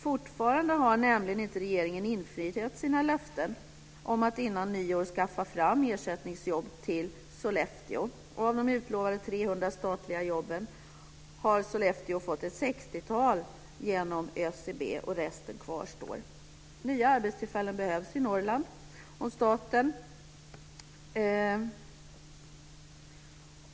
Fortfarande har nämligen regeringen inte infriat sina löften om att före nyår skaffa fram ersättningsjobb till Sollefteå. Av de utlovade 300 statliga jobben har Sollefteå fått ett sextiotal genom ÖCB, och resten kvarstår. Nya arbetstillfällen behövs i Norrland.